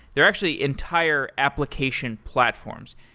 they're actually entire applications platforms.